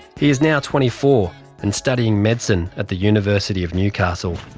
he is now twenty four and studying medicine at the university of newcastle.